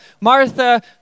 Martha